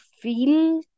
feel